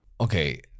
Okay